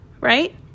right